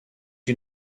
you